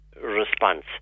response